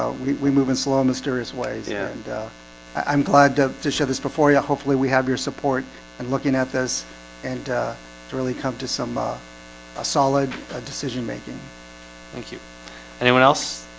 ah we we move in slow mysterious ways and i'm glad to to show this before. yeah, hopefully we have your support and looking at this and really come to some a ah solid ah decision making thank you anyone else.